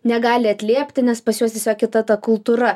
negali atliepti nes pas juos tiesiog kita ta kultūra